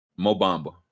Mobamba